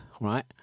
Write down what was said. right